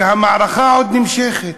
כשהמערכה עוד נמשכת.